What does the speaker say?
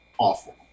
awful